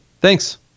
thanks